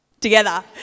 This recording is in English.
Together